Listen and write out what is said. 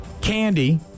candy